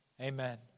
amen